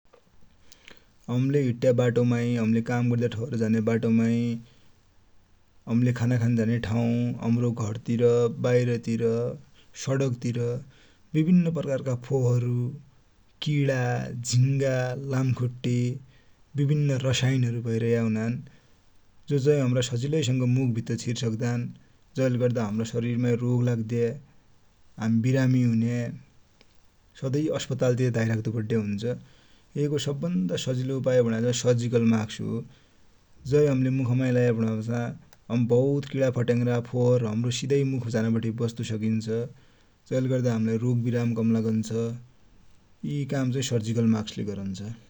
हमिले हिट्ट्या बाटो माइ, हम्ले काम गर्ने ठाउर झाने बाटो माइ, हमिले खाना खान झाने ठाउ, हम्रो घर तिर, बाहिर तिर, सडक तिर बिभिन्न प्रकारका फोहोरहरु, किरा, झिगा, लामखुट्टे, बिभिन्न रसायन हरु भैरहेका हुनान । जो चाइ हम्रा मुख भित्र सजिलै छिरि सक्दान, जैले गर्दा हमरा सरिर माइ रोग लग्द्ने, हामि बिरमि हुने, सधै अस्पताल तिर धाइराख्दु पड्डे हुन्छ। यै को सब भन्दा सजिलो उपाय भनेको चाइ सर्जिकल मास्क हो, जै हमिले मुखमाइ लाया भनेपछा हम बहुत किरा फटेङ्रा फोहर हम्रो सिदै मुख झाना बठे बच्तु सकिन्छ । जै ले गर्दा हम्लाइ रोग बिराम कम लागन्छ। यि काम चाइ सर्जिकल मास्क ले गरन्छ।